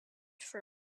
for